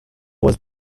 was